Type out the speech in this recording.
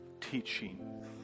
teaching